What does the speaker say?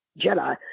Jedi